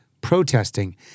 protesting